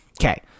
Okay